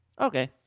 Okay